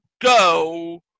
go